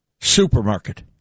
supermarket